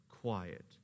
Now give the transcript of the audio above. quiet